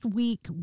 week